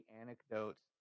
anecdotes